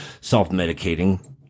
self-medicating